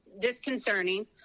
disconcerting